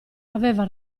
aveva